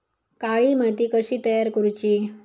काळी माती कशी तयार करूची?